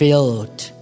Filled